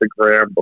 Instagram